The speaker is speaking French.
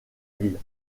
ville